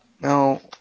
No